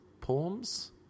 poems